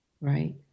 right